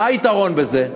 מה היתרון בזה?